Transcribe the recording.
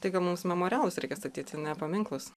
tai gal mums memorialus reikia statyti ne paminklus